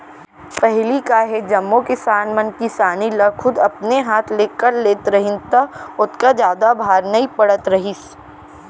पहिली का हे जम्मो किसान मन किसानी ल खुद अपने हाथ ले कर लेत रहिन त ओतका जादा भार नइ पड़त रहिस